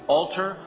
alter